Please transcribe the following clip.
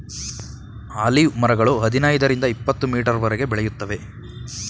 olive ಮರಗಳು ಹದಿನೈದರಿಂದ ಇಪತ್ತುಮೀಟರ್ವರೆಗೆ ಬೆಳೆಯುತ್ತವೆ